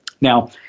Now